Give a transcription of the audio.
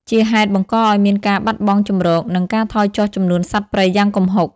ជាហេតុបង្កឱ្យមានការបាត់បង់ជម្រក និងការថយចុះចំនួនសត្វព្រៃយ៉ាងគំហុក។